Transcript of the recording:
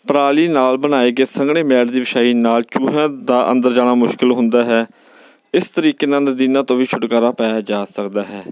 ਪਰਾਲੀ ਨਾਲ ਬਣਾਏ ਗਏ ਸੰਘਣੇ ਮੈਲ ਦੀ ਵਿਛਾਈ ਨਾਲ ਚੂਹਿਆਂ ਦਾ ਅੰਦਰ ਜਾਣਾ ਮੁਸ਼ਕਿਲ ਹੁੰਦਾ ਹੈ ਇਸ ਤਰੀਕੇ ਨਾਲ ਨਦੀਨਾਂ ਤੋਂ ਵੀ ਛੁਟਕਾਰਾ ਪਾਇਆ ਜਾ ਸਕਦਾ ਹੈ